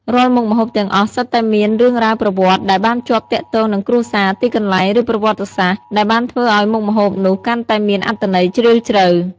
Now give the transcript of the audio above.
រាល់មុខម្ហូបទាំងអស់សុទ្ធតែមាន រឿងរ៉ាវប្រវត្តិ ដែលបានជាប់ទាក់ទងនឹងគ្រួសារ ទីកន្លែង ឬប្រវត្តិសាស្ត្រ ដែលបានធ្វើឱ្យមុខម្ហូបនោះកាន់តែមានអត្ថន័យជ្រាលជ្រៅ។